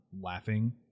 laughing